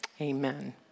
amen